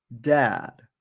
dad